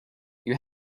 you